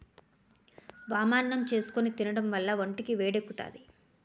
వామన్నం చేసుకుని తినడం వల్ల ఒంటికి వేడెక్కుతాది